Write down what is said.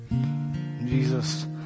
Jesus